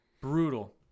brutal